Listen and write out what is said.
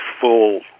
full